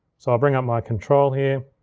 so i'll bring up my control here.